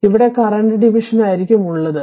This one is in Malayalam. ഇവിടെ കറന്റ് ഡിവിഷനായിരിക്കും ഉള്ളത്